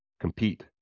compete